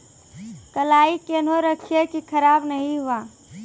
कलाई केहनो रखिए की खराब नहीं हुआ?